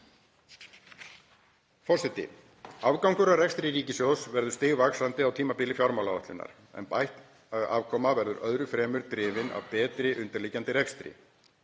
Forseti. Afgangur af rekstri ríkissjóðs verður stigvaxandi á tímabili fjármálaáætlunar, en bætt afkoma verður öðru fremur drifin af betri undirliggjandi rekstri.